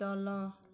ତଳ